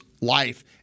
life